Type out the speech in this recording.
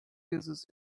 disease